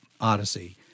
Odyssey